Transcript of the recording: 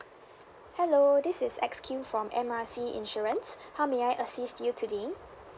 hello this is X Q from M R C insurance how may I assist you today